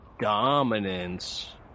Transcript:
dominance